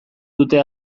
dute